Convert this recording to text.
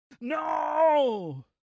No